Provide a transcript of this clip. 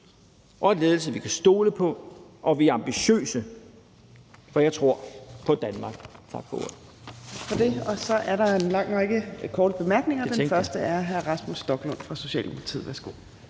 en ledelse, vi kan stole på, og vi er ambitiøse, for jeg tror på Danmark. Tak for ordet.